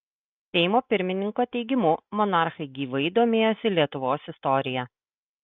seimo pirmininko teigimu monarchai gyvai domėjosi lietuvos istorija